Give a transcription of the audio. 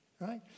right